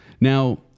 now